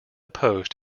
post